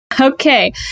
Okay